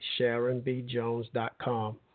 SharonBJones.com